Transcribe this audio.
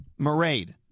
Marade